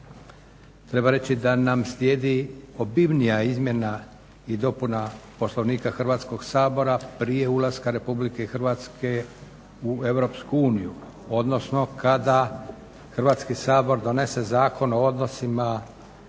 Treba reći da nam slijedi obimnija izmjena i dopuna Poslovnika Hrvatskog sabora prije ulaska Republike Hrvatske u Europsku uniju, odnosno kada Hrvatski sabor donese Zakon o odnosima Hrvatskog